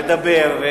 לדבר,